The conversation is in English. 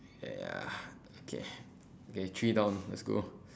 ya okay okay three down let's go